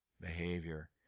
behavior